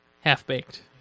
half-baked